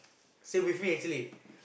same with me actually